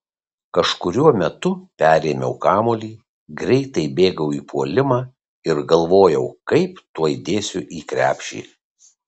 kažkuriuo metu perėmiau kamuolį greitai bėgau į puolimą ir galvojau kaip tuoj dėsiu į krepšį